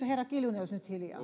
herra kiljunen olisi nyt hiljaa